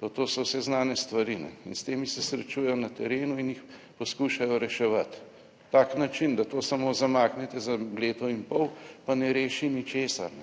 To so vse znane stvari in s temi se srečujejo na terenu in jih poskušajo reševati. Tak način, da to samo zamaknete za leto in pol, pa ne reši ničesar.